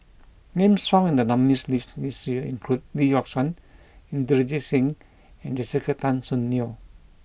names found in the nominees' list this year include Lee Yock Suan Inderjit Singh and Jessica Tan Soon Neo